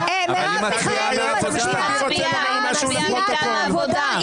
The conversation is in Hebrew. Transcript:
מרב מיכאלי אמורה להצביע מטעם סיעת העבודה.